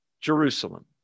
Jerusalem